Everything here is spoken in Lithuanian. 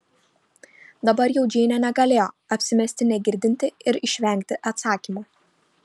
dabar jau džeinė negalėjo apsimesti negirdinti ir išvengti atsakymo